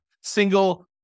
single